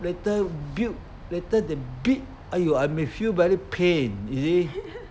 later built later they beat !aiyo! I may feel very pain you see